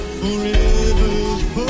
forever